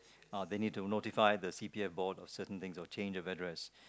uh they need to notify the C_P_F Board or certain things or change of address